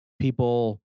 people